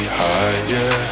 higher